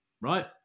right